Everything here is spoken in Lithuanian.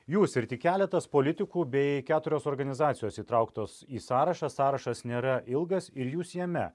jūs ir tik keletas politikų bei keturios organizacijos įtrauktos į sąrašą sąrašas nėra ilgas ir jūs jame